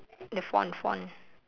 the font font